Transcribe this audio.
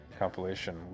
compilation